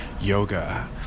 yoga